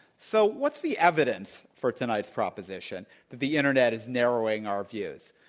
so what's the evidence for tonight's proposition, the internet is narrowing our views.